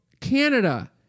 Canada